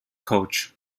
coach